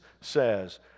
says